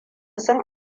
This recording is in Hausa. sun